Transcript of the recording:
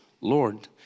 Lord